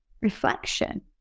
reflection